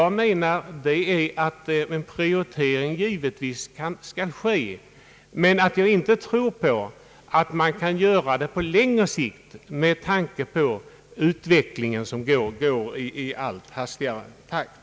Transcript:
Givetvis skall en prioritering göras, men jag tror inte att den kan göras på längre sikt med hänsyn till att utvecklingen går i allt hastigare takt.